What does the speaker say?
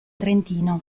trentino